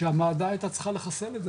שהוועדה הייתה צריכה לחסל את זה,